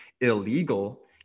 illegal